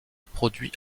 produit